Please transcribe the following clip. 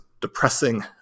depressing